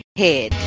head